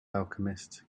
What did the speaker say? alchemist